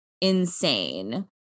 insane